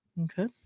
Okay